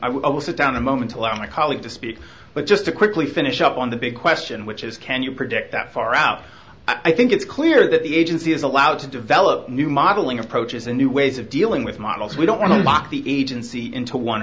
i will sit down a moment to allow my colleague to speak but just to quickly finish up on the big question which is can you predict that far out i think it's clear that the agency is allowed to develop new modeling approaches and new ways of dealing with models we don't want to lock the agency into one